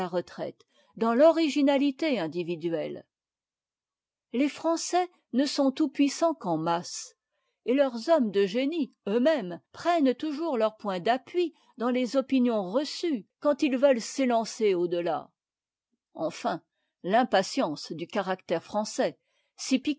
retraite dans t'originatité individuelle les français ne sont tout-puissants qu'en masse et leurs hommes de génie eux-mêmes prennent toujours leur point d'appui dans les opinions renues quand ils veulent s'élancer au de à enfin l'impatience du caractère français